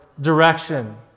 direction